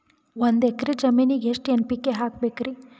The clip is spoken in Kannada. ಒಂದ್ ಎಕ್ಕರ ಜಮೀನಗ ಎಷ್ಟು ಎನ್.ಪಿ.ಕೆ ಹಾಕಬೇಕರಿ?